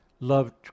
loved